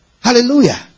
Hallelujah